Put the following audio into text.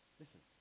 listen